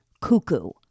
cuckoo